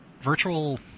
virtual